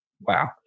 Wow